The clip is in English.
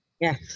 Yes